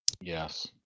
yes